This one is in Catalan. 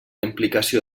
implicació